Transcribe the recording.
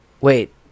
Wait